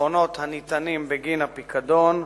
הביטחונות הניתנים בגין הפיקדון,